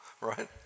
Right